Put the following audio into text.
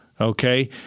Okay